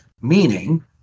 Meaning